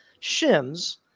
shims